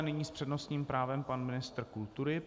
Nyní s přednostním právem pan ministr kultury.